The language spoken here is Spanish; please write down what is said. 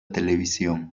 televisión